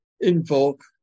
invoke